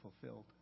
fulfilled